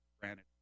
granted